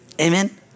Amen